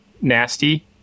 nasty